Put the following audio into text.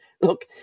look